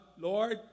Lord